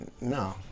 No